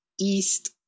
East